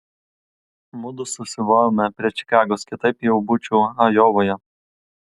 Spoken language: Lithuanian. mudu susimovėme prie čikagos kitaip jau būčiau ajovoje